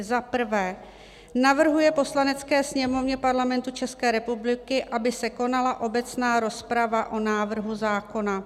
I. navrhuje Poslanecké sněmovně Parlamentu České republiky, aby se konala obecná rozprava o návrhu zákona;